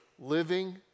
Living